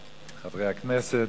חברי הכנסת,